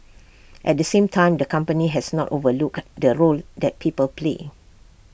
at the same time the company has not overlooked the role that people play